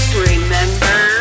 Remember